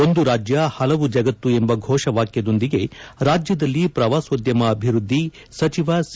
ಒಂದು ರಾಜ್ಜ ಹಲವು ಜಗತ್ತು ಎಂಬ ಘೋಷವಾಕ್ಖದೊಂದಿಗೆ ರಾಜ್ಜದಲ್ಲಿ ಪ್ರವಾಸೋದ್ದಮ ಅಭಿವೃದ್ದಿ ಸಚಿವ ಸಿ